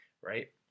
right